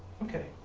okay,